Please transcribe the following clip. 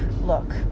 Look